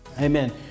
Amen